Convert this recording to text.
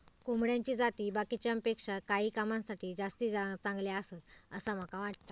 कोंबड्याची जाती बाकीच्यांपेक्षा काही कामांसाठी जास्ती चांगले आसत, असा माका वाटता